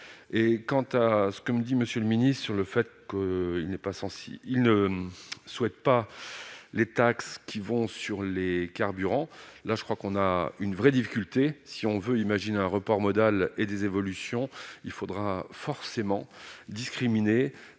et quant à ce que me dit : Monsieur le Ministre, sur le fait que il n'est pas sans si il ne souhaite pas les taxes qui vont sur les carburants, là je crois qu'on a une vraie difficulté, si on veut imaginer un report modal et des évolutions, il faudra forcément discriminer